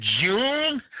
June